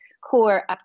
core